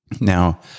Now